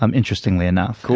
um interestingly enough. cool.